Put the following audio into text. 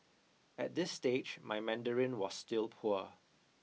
at this stage my Mandarin was still poor